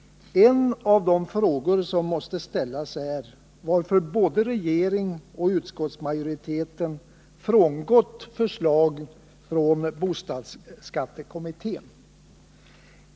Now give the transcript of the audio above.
En av de frågor som måste ställas är varför både regering och utskottsmajoritet frångått olika förslag från bostadsskattekommittén.